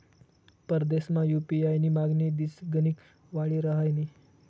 परदेसमा यु.पी.आय नी मागणी दिसगणिक वाडी रहायनी